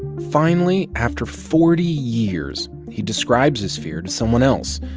finally, after forty years, he describes his fear to someone else,